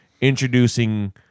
introducing